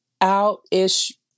out-ish